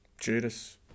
Judas